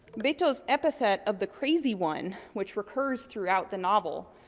betos' epithet of the crazy one, which recurs throughout the novel,